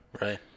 Right